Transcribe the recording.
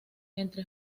entre